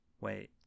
Wait